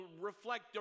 reflect